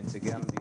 מנציגי המדינה.